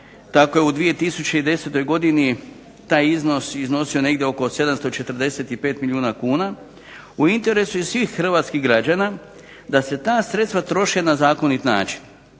tako je u 2010. godini taj iznos iznosio negdje oko 745 milijuna kuna, u interesu je svih hrvatskih građana da se ta sredstva troše na zakonit način